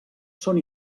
són